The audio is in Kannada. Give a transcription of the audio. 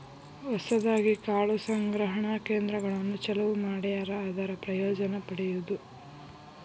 ಹೊಸದಾಗಿ ಕಾಳು ಸಂಗ್ರಹಣಾ ಕೇಂದ್ರಗಳನ್ನು ಚಲುವ ಮಾಡ್ಯಾರ ಅದರ ಪ್ರಯೋಜನಾ ಪಡಿಯುದು